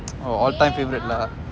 oh all time favourite lah